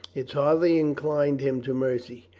it hardly inclined him to mercy.